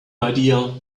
idea